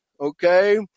Okay